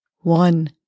One